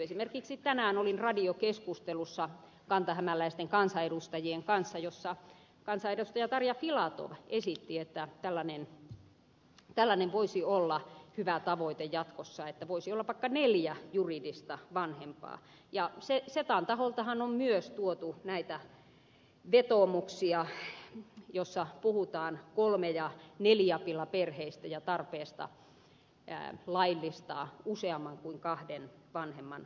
esimerkiksi tänään olin kantahämäläisten kansanedustajien kanssa radiokeskustelussa jossa kansanedustaja tarja filatov esitti että tällainen voisi olla hyvä tavoite jatkossa että voisi olla vaikka neljä juridista vanhempaa ja setan taholtahan on myös tuotu näitä vetoomuksia joissa puhutaan kolmi ja neliapilaperheistä ja tarpeesta laillistaa useamman kuin kahden vanhemman asema